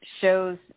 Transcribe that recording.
shows